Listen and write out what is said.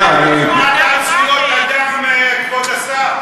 שמעת על זכויות אדם, כבוד השר?